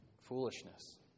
foolishness